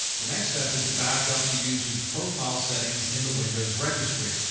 the next step is to back up the user's profile settings in the windows registry.